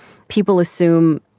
people assume,